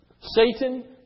Satan